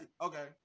okay